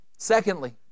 Secondly